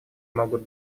могут